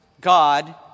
God